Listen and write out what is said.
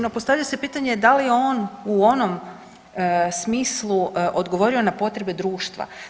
No postavlja se pitanje, da li je on u onom smislu odgovorio na potrebe društva?